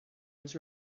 was